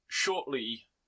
Shortly